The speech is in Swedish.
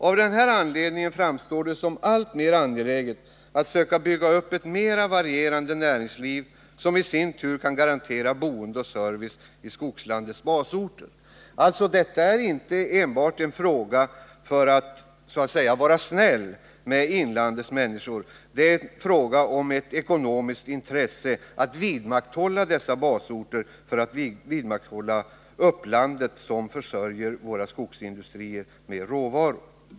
Av denna anledning framstår det som alltmer angeläget att söka bygga upp ett mer varierat näringsliv, som i sin tur kan garantera boende och service i skogslandets basorter. Det är inte fråga om att enbart vara så att säga snäll mot inlandets människor, det är ett ekonomiskt intresse att vidmakthålla dessa basorter för att upplandet skall kunna leva vidare och försörja våra skogsindustrier med råvaror.